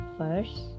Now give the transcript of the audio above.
First